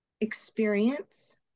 experience